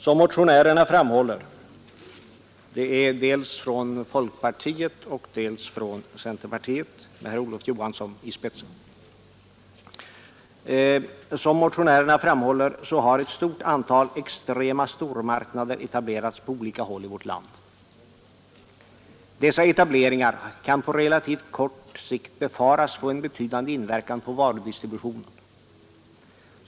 Som motionärerna, dels från folkpartiet, dels från centerpartiet med herr Olof Johansson i spetsen, framhåller har ett stort antal extrema stormarknader etablerats på olika håll i vårt land. Dessa etableringar kan på relativt kort sikt befaras få en betydande inverkan på varudistributionen.